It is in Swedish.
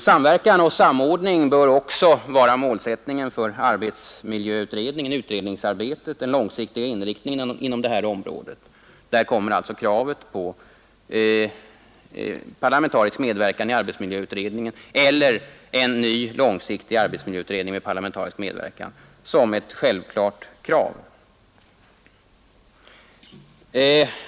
Samverkan och samordning bör också vara målsättningen för arbetsmiljöutredningen och den långsiktiga inriktningen inom det här området. Där kommer alltså krav på parlamentarisk medverkan i den nu arbetande arbetsmiljöutredningen eller en ny långsiktig arbetsmiljöutredning som ett självklart krav.